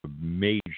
major